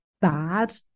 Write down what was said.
bad